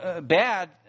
bad